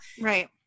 Right